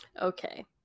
Okay